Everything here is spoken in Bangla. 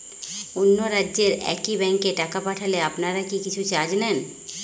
অন্য রাজ্যের একি ব্যাংক এ টাকা পাঠালে আপনারা কী কিছু চার্জ নেন?